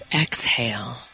exhale